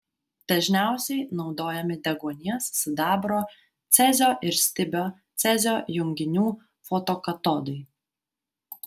dažniausiai naudojami deguonies sidabro cezio ir stibio cezio junginių fotokatodai